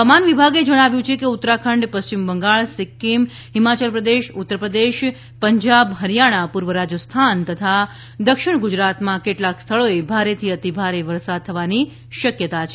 હવામાન વિભાગે જણાવ્યું છે કે ઉત્તરાખંડ પશ્ચિમ બંગાળ સિક્કીમ હિમાચલ પ્રદેશ ઉત્તરપ્રદેશ પંજાબ હરીયાણા પૂર્વ રાજસ્થાન તથા દક્ષિણ ગુજરાતમાં કેટલાક સ્થળોએ ભારેથી અતિભારે વરસાદ થવાની શક્યતા છે